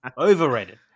overrated